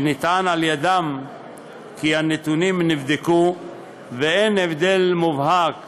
ונטען על-ידיהם כי הנתונים נבדקו ואין הבדל מובהק